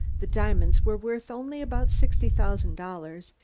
the diamonds were worth only about sixty thousand dollars,